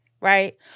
right